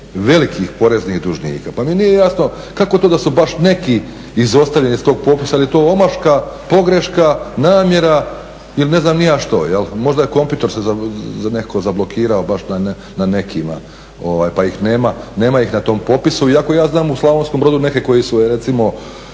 velikih poreznih dužnika. Pa mi nije jasno kako to da su baš neki izostavljeni s tog popisa ili je to omaška, pogreška, namjera ili ne znam ni ja što. Možda je kompjutor se nekako zablokirao baš na nekima pa ih nema na tom popisu, iako ja znam u Slavonskom Brodu neke koji su recimo